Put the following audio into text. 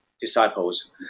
disciples